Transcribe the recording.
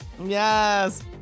yes